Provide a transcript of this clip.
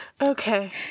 okay